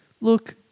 Look